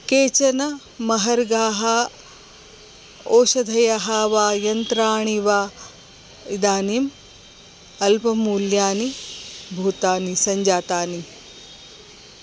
केचन महार्घाः ओषधयः वा यन्त्राणि वा इदानीम् अल्पमूल्यानि भूतानि सञ्जातानि